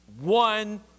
one